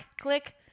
click